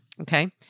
okay